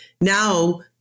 now